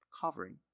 Covering